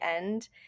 end